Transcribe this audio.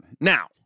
Now